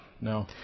No